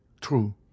True